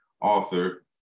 author